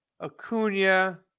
Acuna